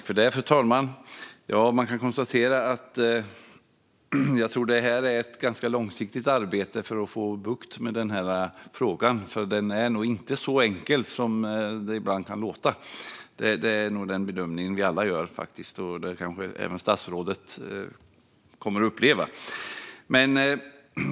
Fru talman! Man kan konstatera, tror jag, att det krävs ett ganska långsiktigt arbete för att få bukt med den här frågan. Den är nog inte så enkel som det ibland kan låta. Det är nog den bedömning vi alla gör, och det kanske även statsrådet kommer att få uppleva.